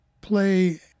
play